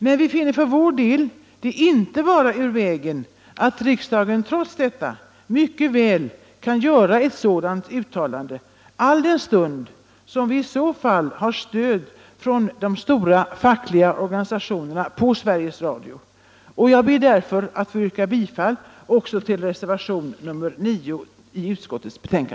Men vi finner det inte ur vägen att riksdagen trots detta gör ett sådant uttalande, i synnerhet som vi i så fall har stöd av den stora fackliga organisationen på Sveriges Radio. Jag ber därför att få yrka bifall också till reservationen 9.